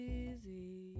easy